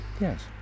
Yes